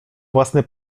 własny